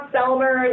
Selmer